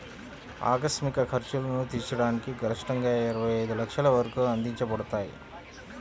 ఆకస్మిక ఖర్చులను తీర్చడానికి గరిష్టంగాఇరవై ఐదు లక్షల వరకు అందించబడతాయి